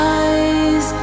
eyes